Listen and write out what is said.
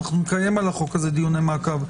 ואנחנו נקיים על החוק הזה דיוני מעקב?